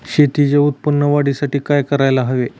शेतीच्या उत्पादन वाढीसाठी काय करायला हवे?